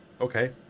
Okay